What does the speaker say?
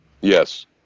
Yes